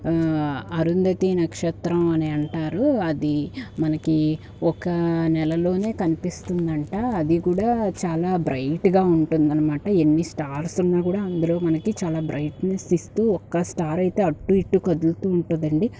అరుంధతి నక్షత్రం అని అంటారు అది మనకి ఒకే నెలలోనే కనిపిస్తుందంట అంట అది కూడా చాలా బ్రైట్గా ఉంటుందన్నమాట ఎన్ని స్టార్ట్స్ ఉన్నా కూడా అందులో మనకి బ్రైట్నెస్ ఇస్తూ ఒక స్టార్ అయితే అటు ఇటు కదులుతూ ఉంటుందండి